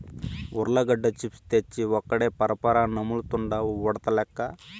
ఉర్లగడ్డ చిప్స్ తెచ్చి ఒక్కడే పరపరా నములుతండాడు ఉడతలెక్క